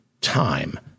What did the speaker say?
time